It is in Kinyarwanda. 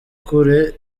kure